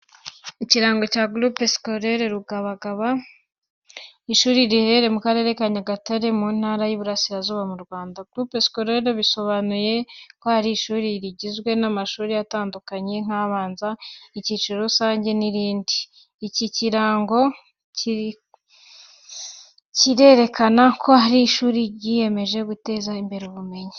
Ikirango cya Groupe Scolaire Rubagabaga. Ishuri riherereye mu Karere ka Nyagatare, mu Ntara y’Iburasirazuba mu Rwanda. Groupe scolaire bisobanuye ko ari ishuri rigizwe n’amashuri atandukanye nk’abanza, icyiciro rusange, n'irindi. Iki kirango kirerekana ko ari ishuri ryiyemeje guteza imbere ubumenyi.